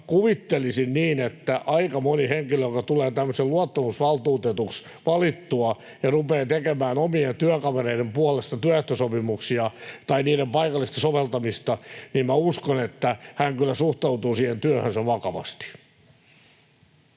kuvittelisin niin, että aika moni henkilö, joka tulee tämmöiseksi luottamusvaltuutetuksi valituksi ja rupeaa tekemään omien työkavereiden puolesta työehtosopimuksia tai niiden paikallista soveltamista, kyllä suhtautuu siihen työhönsä vakavasti.